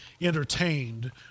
entertained